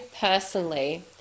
personally